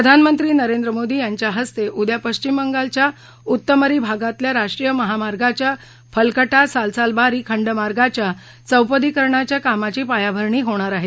प्रधानमंत्री नरेंद्र मोदी यांच्या हस्ते उद्या पश्चिम बंगालच्या उत्तमरी भागातल्या राष्ट्रीय महामार्गाच्या फलकटा सालसालबारी खंड मार्गाच्या चौपदरीकरणाच्या कामाची पायाभरणी होणार आहे